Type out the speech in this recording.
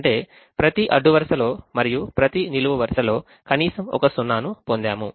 అంటే ప్రతి అడ్డు వరుసలో మరియు ప్రతి నిలువు వరుసలో కనీసం ఒక సున్నా ను పొందాము